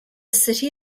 city